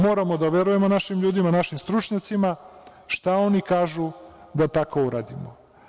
Moramo da verujemo našim ljudima, našim stručnjacima, šta oni kažu da tako uradimo.